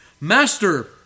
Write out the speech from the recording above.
Master